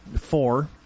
four